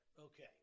Okay